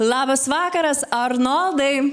labas vakaras arnoldai